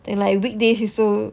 they like weekdays also